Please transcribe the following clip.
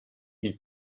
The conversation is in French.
ils